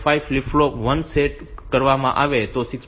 5 flip flop 1 પર set કરવામાં આવે તો 6